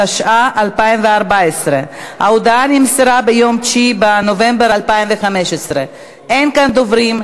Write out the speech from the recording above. התשע"ה 2014. ההודעה נמסרה ביום 9 בנובמבר 2015. אין כאן דוברים,